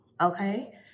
Okay